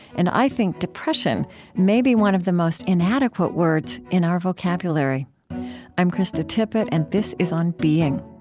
and, i think, depression may be one of the most inadequate words in our vocabulary i'm krista tippett, and this is on being